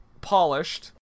polished